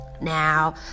Now